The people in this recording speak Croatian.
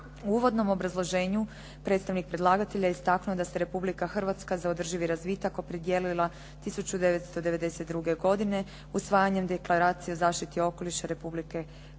U uvodnom obrazloženju predstavnik predlagatelja istaknuo da se Republika Hrvatska za održivi razvitak opredijelila 1992. godine usvajanjem Deklaracije o zaštiti okoliša Republike Hrvatske